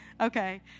Okay